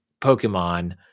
pokemon